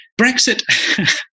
Brexit